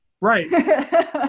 Right